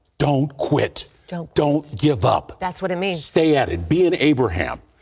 don't quit. don't don't give up. that's what it means. stay at it. be an abraham.